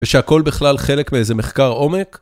ושהכול בכלל חלק מאיזה מחקר עומק?